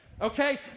Okay